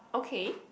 okay